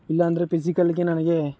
ಇಲ್ಲ ಅಂದ್ರೆ ಪಿಸಿಕಲ್ಗೆ ನನಗೆ